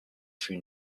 fut